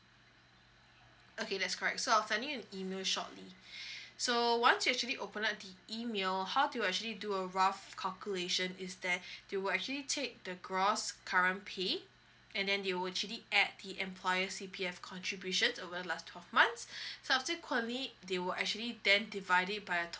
okay that's correct so I'll sending you an email shortly so once you actually open up the email how to actually do a rough calculation is there you will actually take the gross current pay and then they will actually add the employer C_P_F contributions over the last twelve months subsequently they will actually then divided it by a total